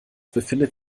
befindet